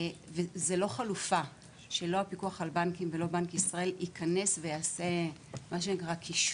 וזו לא חלופה שהפיקוח על הבנקים ובנק ישראל יכנס ויעשה קישור